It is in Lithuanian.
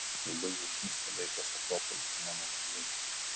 jau baigia užknisti juodai tas akropolis po mano langais